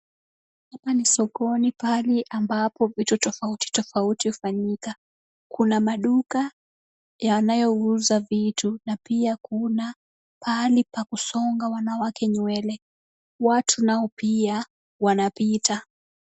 Huku ni sokoni pahali ambapo vitu tofauti tofauti hufanyika. Kuna maduka yanayouza vitu na pia kuna pahali pa kusonga wanawake nywele. Watu nao pia wanapita.